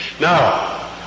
Now